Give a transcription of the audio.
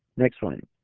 next one,